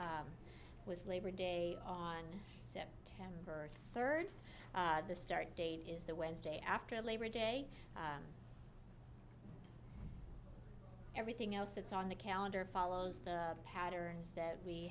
with labor day on september third the start date is the wednesday after labor day everything else that's on the calendar follows the patterns that we